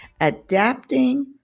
adapting